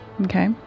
Okay